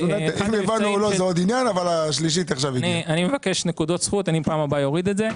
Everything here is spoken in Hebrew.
אני מבקש נקודות זכות, אני פעם הבאה אוריד את זה.